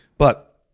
but,